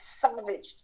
salvaged